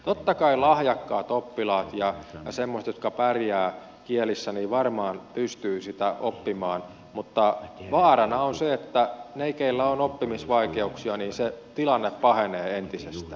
totta kai lahjakkaat oppilaat ja semmoiset jotka pärjäävät kielissä varmaan pystyvät sitä oppimaan mutta vaarana on se että heillä keillä on oppimisvaikeuksia tilanne pahenee entisestään